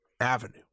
Avenue